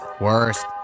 worst